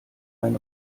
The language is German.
ein